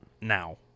now